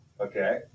Okay